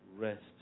rest